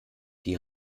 die